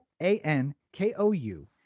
a-n-k-o-u